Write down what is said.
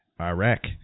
Iraq